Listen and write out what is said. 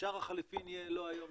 שער החליפין יהיה לא כמו היום,